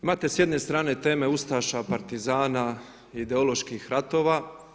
Imate s jedne strane teme ustaša, partizana, ideoloških ratova.